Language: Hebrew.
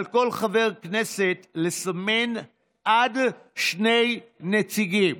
על כל חבר כנסת לסמן עד שני נציגים.